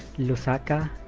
lusaka,